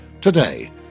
Today